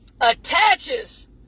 attaches